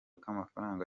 k’amafaranga